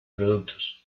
productos